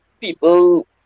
people